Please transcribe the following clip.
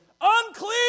unclean